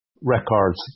records